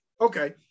Okay